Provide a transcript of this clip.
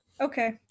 Okay